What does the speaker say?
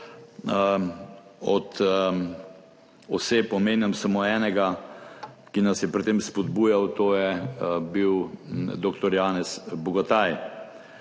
Od oseb omenjam samo enega, ki nas je pri tem spodbujal, to je bil dr. Janez Bogataj.